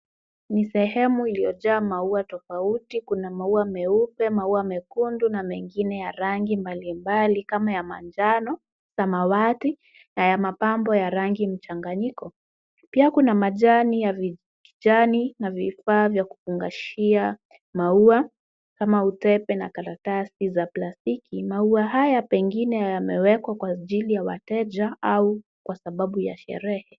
Ni sehemu iliyojaa maua tofauti kuna maua meupe, maua mekundu, na mengine ya rangi mbalimbali kama ya manjano, samawati, na ya mapambo ya rangi mchanganyiko. Pia kuna majani ya kijani na vifaa vya kufungashia maua, kama utepe na karatasi za plastiki. Maua haya pengine yamewekwa kwa ajili ya wateja, au kwa sababu ya sherehe.